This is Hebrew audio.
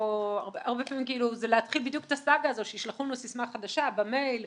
הרבה פעמים זה להתחיל בדיוק את הסאגה הזאת שישלחו לנו סיסמה חדשה במייל.